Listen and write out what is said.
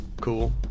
Cool